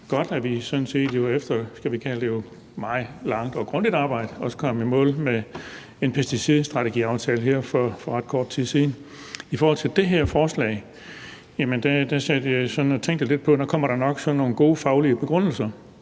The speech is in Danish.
det et meget langt og grundigt arbejde, også kom i mål med en aftale om en pesticidstrategi her for ret kort tid siden. I forhold til det her forslag sad jeg sådan lidt og tænkte, at nu kom der nok nogle gode faglige begrundelser,